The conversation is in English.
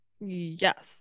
yes